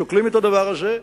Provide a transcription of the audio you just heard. שוקלים את הדבר הזה,